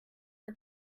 for